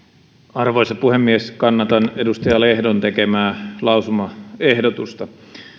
arvoisa puhemies kannatan edustaja lehdon tekemää lausumaehdotusta